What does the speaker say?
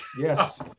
Yes